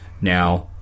Now